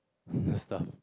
stuff